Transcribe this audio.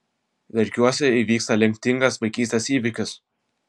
verkiuose įvyksta lemtingas vaikystės įvykis